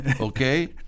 Okay